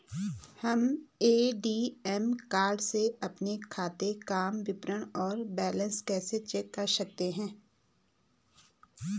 हम ATM card से अपने खाते काम विवरण और बैलेंस कैसे चेक कर सकते हैं?